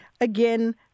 again